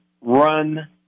run